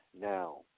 now